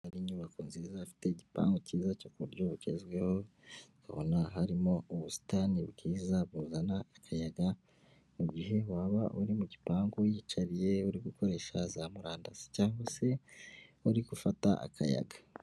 Hari inyubako nziza ifite igipangu cyiza cyo ku buryo bugezweho, tukabona harimo ubusitani bwiza buzana akayaga, mu gihe waba uri mu gipangu wiyicariye uri gukoresha za murandasi cyangwa se uri gufata akayaga.